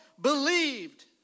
believed